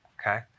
okay